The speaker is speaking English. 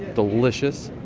delicious,